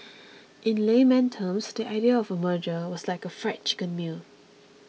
in Layman terms the idea of merger was like a Fried Chicken meal